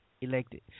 elected